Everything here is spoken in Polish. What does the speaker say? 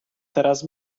teraz